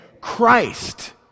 Christ